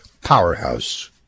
powerhouse